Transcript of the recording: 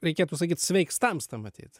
reikėtų sakyt sveiks tamsta matyt